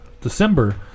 December